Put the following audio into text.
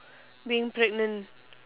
being pregnant